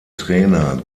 trainer